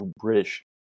british